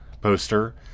poster